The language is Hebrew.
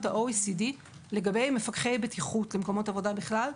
ה-OECD לגבי מפקחי בטיחות למקומות עבודה בכלל.